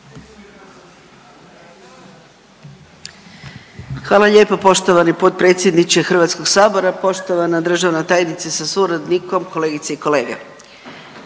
Hvala lijepa poštovani potpredsjedniče Hrvatskog sabora. Poštovana državna tajnice sa suradnikom, kolegice i kolege